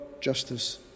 justice